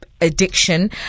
addiction